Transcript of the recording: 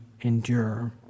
endure